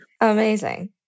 Amazing